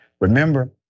Remember